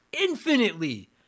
infinitely